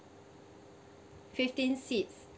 fifteen seats